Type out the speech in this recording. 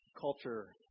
culture